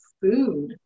food